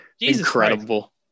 Incredible